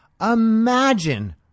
Imagine